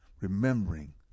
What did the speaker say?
Remembering